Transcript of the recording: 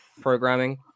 programming